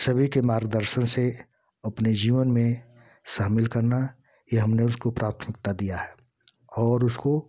सभी के मार्गदर्शन से अपने जीवन में शामील करना ये हमने उसको प्राथमिकता दिया है और उसको